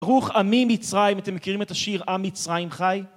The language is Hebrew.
ברוך עמי מצרים, אתם מכירים את השיר עם מצרים חי?